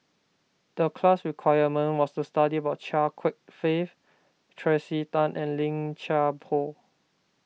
the class assignment was to study about Chia Kwek Fah Tracey Tan and Lim Chuan Poh